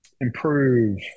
improve